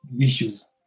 issues